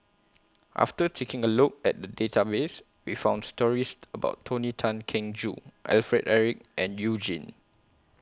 after taking A Look At The Database We found stories about Tony Tan Keng Joo Alfred Eric and YOU Jin